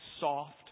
soft